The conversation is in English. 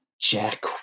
Jack